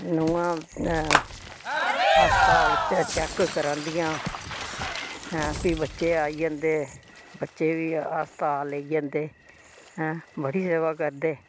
नूंहां अस्ताल च चेक करादियां ऐं फ्ही बच्चे आई जंदे बच्चे बी अस्ताल लेई जंदे ऐं बड़ी सेवा करदे